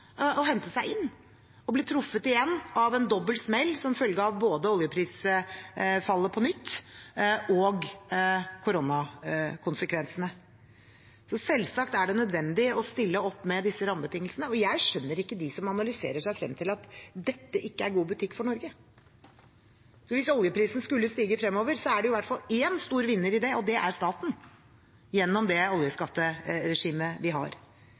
å hente seg inn og ble truffet igjen av en dobbel smell som følge av både det nye oljeprisfallet og koronakonsekvensene. Så selvsagt er det nødvendig å stille opp med disse rammebetingelsene, og jeg skjønner ikke dem som analyserer seg frem til at dette ikke er god butikk for Norge. Hvis oljeprisen skulle stige fremover, er det i hvert fall én stor vinner, og det er staten, gjennom det oljeskatteregimet vi har.